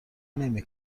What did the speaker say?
نمی